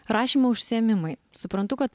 rašymo užsiėmimai suprantu kad